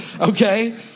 okay